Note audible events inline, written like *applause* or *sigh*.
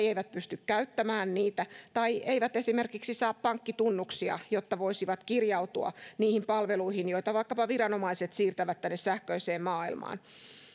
*unintelligible* eivät pysty käyttämään niitä tai eivät esimerkiksi saa pankkitunnuksia jotta voisivat kirjautua niihin palveluihin joita vaikkapa viranomaiset siirtävät tänne sähköiseen maailmaan